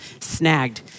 snagged